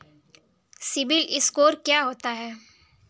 CIBIL score क्या होता है?